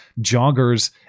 joggers